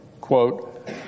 quote